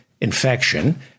infection